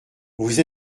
vous